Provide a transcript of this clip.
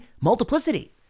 multiplicity